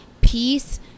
peace